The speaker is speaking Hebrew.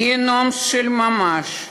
גיהינום של ממש,